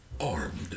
armed